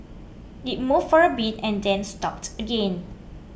it moved for a bit and then stopped again